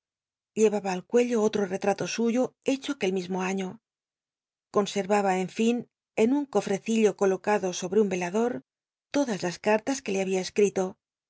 llcaba al cuello otro chato suyo hecho aquel mismo año conservaba en fin en un cofrecillo colocado sobre un y elador todas las carlas que le había escrilo